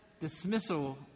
dismissal